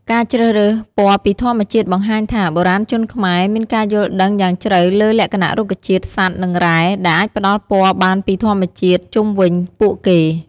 ការជ្រើសរើសពណ៌ពីធម្មជាតិបង្ហាញថា បុរាណជនខ្មែរមានការយល់ដឹងយ៉ាងជ្រៅលើលក្ខណៈរុក្ខជាតិ សត្វ និងរ៉ែ ដែលអាចផ្តល់ពណ៌បានពីធម្មជាតិជុំវិញពួកគេ។